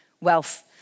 wealth